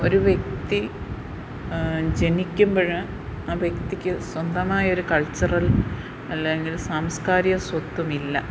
ഒരു വ്യക്തി ജനിക്കുമ്പോൾ ആ വ്യക്തിക്ക് സ്വന്തമായൊരു കൾച്ചറൽ അല്ലെങ്കിൽ സാംസ്ക്കാരിക സ്വത്ത്വമില്ല